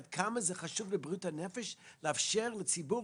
עד כמה חשוב לבריאות הנפש לאפשר לציבור,